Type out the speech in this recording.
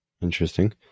Interesting